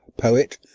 poet,